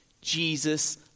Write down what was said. Jesus